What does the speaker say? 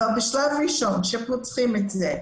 אבל בשלב ראשון שפותחים את זה,